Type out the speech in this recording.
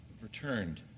Returned